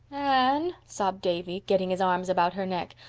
anne, sobbed davy, getting his arms about her neck.